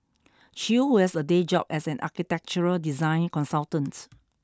Chew was a day job as an architectural design consultants